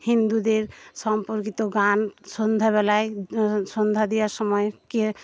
হিন্দুদের সম্পর্কিত গান সন্ধ্যাবেলায় সন্ধ্যা দেওয়ার সময়কে